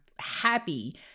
happy